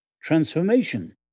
transformation